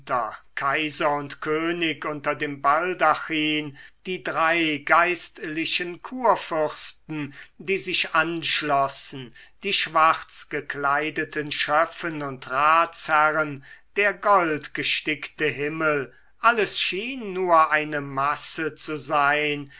kaiser und könig unter dem baldachin die drei geistlichen kurfürsten die sich anschlossen die schwarz gekleideten schöffen und ratsherren der goldgestickte himmel alles schien nur eine masse zu sein